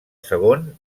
segon